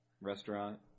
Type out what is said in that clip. restaurant